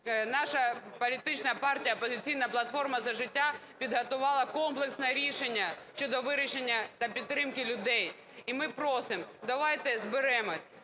Наша політична партія "Опозиційна платформа - За життя" підготувала комплексне рішення щодо вирішення та підтримки людей. І ми просимо, давайте зберемось,